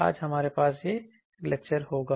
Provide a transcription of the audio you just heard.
आज हमारे पास यह लेक्चर होगा